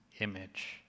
image